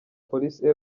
police